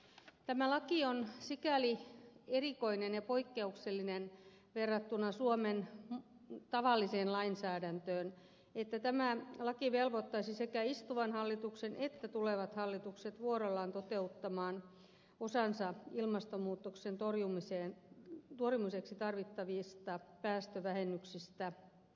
tä mä laki on sikäli erikoinen ja poikkeuksellinen verrattuna suomen tavalliseen lainsäädäntöön että tämä laki velvoittaisi sekä istuvan hallituksen että tulevat hallitukset vuorollaan toteuttamaan osansa ilmastonmuutoksen torjumiseksi tarvittavista päästövähennyksistä